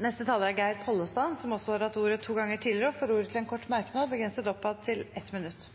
Representanten Geir Pollestad har hatt ordet to ganger tidligere og får ordet til en kort merknad, begrenset til 1 minutt.